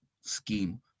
scheme